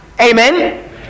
amen